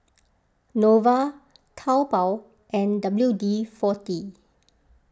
Nova Taobao and W D forty